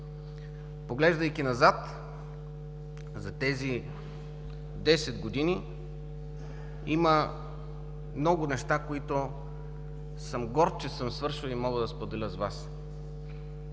Поглеждайки назад, за тези десет години има много неща, които съм горд, че съм свършил и мога да споделя с Вас.